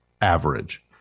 average